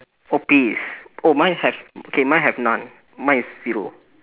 oh peas oh mine have okay mine have none mine is zero